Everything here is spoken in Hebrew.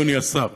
אדוני השר.